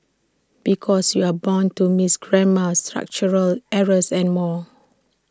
because you're bound to miss grammar structural errors and more